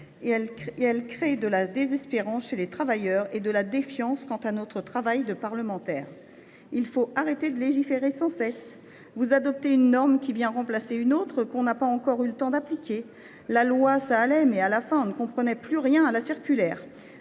: elles créent de la désespérance chez les travailleurs et de la défiance par rapport à notre travail de parlementaires. « Il faut arrêter de légiférer sans cesse »,« Vous adoptez une norme qui vient en remplacer une autre que l’on n’a pas encore eu le temps d’appliquer »,« La loi, ça allait, mais, à la fin, on ne comprenait plus rien à la circulaire »